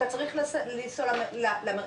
אתה צריך לנסוע למרכז.